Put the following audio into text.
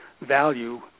value